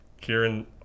Kieran